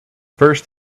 first